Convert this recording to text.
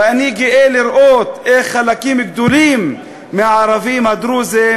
ואני גאה לראות איך חלקים גדולים מהערבים הדרוזים